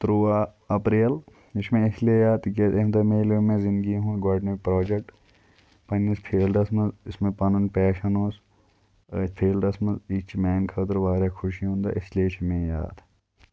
تُرٛواہ اپریل یہِ چھُ مےٚ اِسلیے یاد تِکیٛازِ اَمہِ دۄہ مِلیو مےٚ زِندگی ہُنٛد گۄڈٕنیُک پرٛوجَکٹ پنٛنِس فیٖلڈَس منٛز یُس مےٚ پَنُن پیشَن اوس أتھۍ فیٖلڈَس منٛز یہِ چھِ میٛانہِ خٲطرٕ واریاہ خوشی ہُنٛد دۄہ اِسلیے چھُ مےٚ یاد